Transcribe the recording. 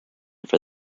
for